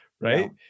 Right